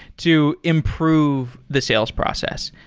to improve the sales process.